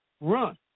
run